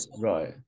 Right